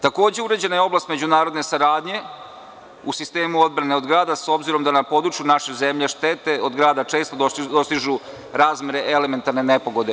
Takođe, uređena je i oblast međunarodne saradnje u sistemu odbrane od grada, s obzirom da na području naše zemlje štete od grada često dostižu razmere elementarne nepogode.